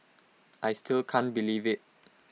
I still can't believe IT